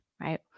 right